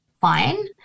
fine